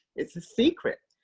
it's a secret.